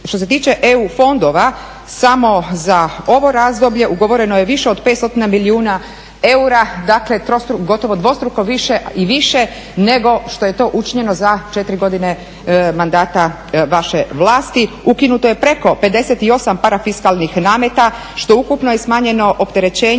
Što se tiče EU fondova samo za ovo razdoblje ugovoreno je više od 5 stotina bilijuna eura, dakle gotovo dvostruko više i više nego što je to učinjeno za 4 godine mandata vaše vlasti. Ukinuto je preko 58 parafiskalnih nameta što ukupno je smanjeno opterećenje